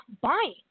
buying